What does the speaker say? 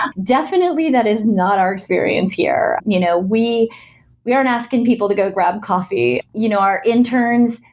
definitely, that is not our experience here. you know we we aren't asking people to go grab coffee. you know our interns,